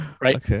right